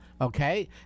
Okay